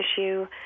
issue